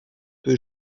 peu